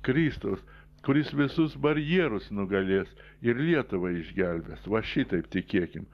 kristaus kuris visus barjerus nugalės ir lietuvą išgelbės va šitaip tikėkim